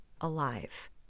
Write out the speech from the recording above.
alive